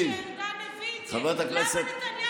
וגם היית פה קדנציה ארוכה מאוד